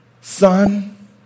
son